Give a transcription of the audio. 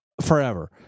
forever